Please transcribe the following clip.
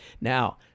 Now